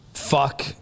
fuck